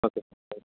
okay sir ಆಯ್ತು